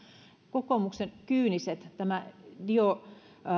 kokoomuksen kyyniset tämä dionysos